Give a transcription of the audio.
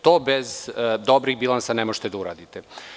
To bez dobrih bilansa ne možete da uradite.